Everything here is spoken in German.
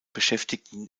beschäftigten